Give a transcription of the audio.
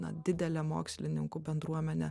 na didelė mokslininkų bendruomenė